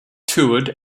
toured